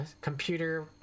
computer